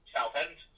Southend